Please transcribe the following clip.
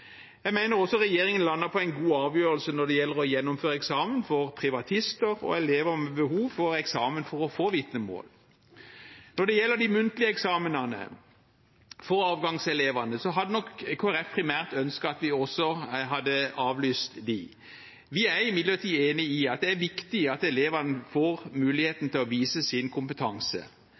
Jeg mener også regjeringen lander på en god avgjørelse når det gjelder å gjennomføre eksamen for privatister og elever med behov for eksamen for å få vitnemål. Når det gjelder de muntlige eksamenene for avgangselevene, hadde nok Kristelig Folkeparti primært ønsket at vi også hadde avlyst dem. Vi er imidlertid enig i at det er viktig at elevene får muligheten til å vise sin kompetanse.